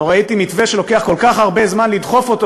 לא ראיתי מתווה שלוקח כל כך הרבה זמן לדחוף אותו